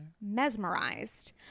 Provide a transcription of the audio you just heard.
mesmerized